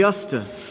justice